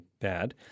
bad